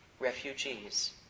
Refugees